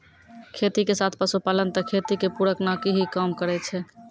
खेती के साथ पशुपालन त खेती के पूरक नाकी हीं काम करै छै